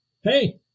Hey